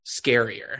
scarier